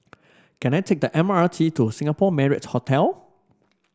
can I take the M R T to Singapore Marriott Hotel